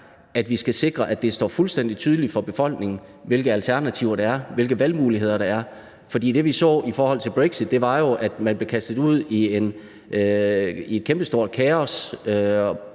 at vi skal sikre, at det står fuldstændig tydeligt for befolkningen, hvilke alternativer der er, hvilke valgmuligheder der er. For det, vi så i forbindelse med brexit, var jo, at man blev kastet ud i et kæmpestort kaos,